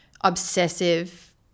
obsessive